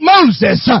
Moses